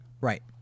Right